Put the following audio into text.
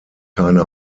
keine